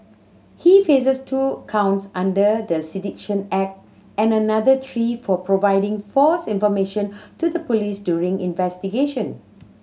he faces two counts under the Sedition Act and another three for providing false information to the police during investigation